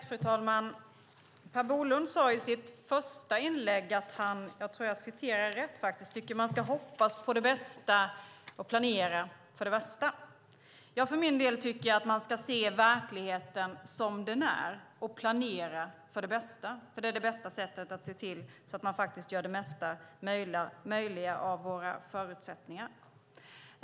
Fru talman! Per Bolund sade i sitt första inlägg att han vill hoppas på det bästa och planera för det värsta. Jag tycker att man ska se verkligheten som den är och planera för det bästa. Det är bästa sättet att se till att man gör det mesta möjliga av våra förutsättningar.